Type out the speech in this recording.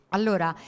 Allora